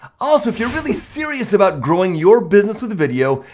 also if you're really serious about growing your business with a video,